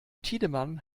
tiedemann